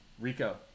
rico